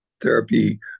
therapy